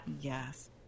Yes